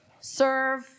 Serve